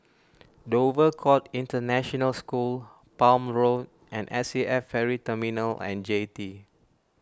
Dover Court International School Palm Road and S A F Ferry Terminal and Jetty